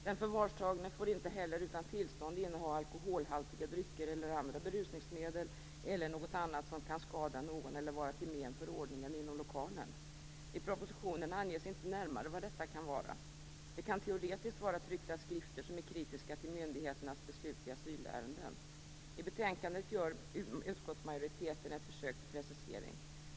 Den förvarstagne får inte heller utan tillstånd inneha alkoholhaltiga drycker eller andra berusningsmedel eller något annat som kan skada någon eller vara till men för ordningen inom lokalen. I propositionen anges inte närmare vad detta kan vara. Teoretiskt kan det vara tryckta skrifter som är kritiska till myndigheternas beslut i asylärenden. I betänkandet gör utskottsmajoriteten ett försök till precisering.